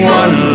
one